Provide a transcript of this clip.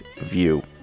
view